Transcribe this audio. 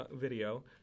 video